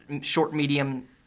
short-medium